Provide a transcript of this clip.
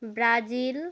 Brasil